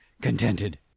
contented